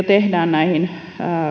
tehdään näihin